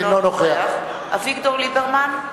אינו נוכח אביגדור ליברמן,